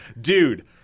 dude